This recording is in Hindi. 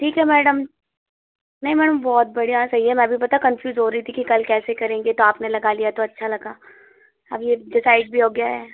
ठीक है मैडम नहीं मैडम बढ़िया सहीहै मै भी पता है कन्फ़्युज़ हो रही थी कि कल कैसे करेंगे तो आपने लगा लिया तो अच्छा लगा अब ये डेसाइड भी हो गया है